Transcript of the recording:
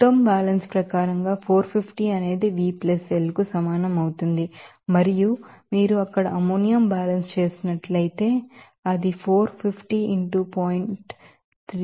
మొత్తం బ్యాలెన్స్ ప్రకారంగా 450 అనేది V plus L కు సమానం అవుతుంది మరియు మీరు అక్కడ అమ్మోనియా బ్యాలెన్స్ చేసినట్లయితే అది 450 into 0